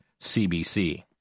CBC